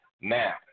Now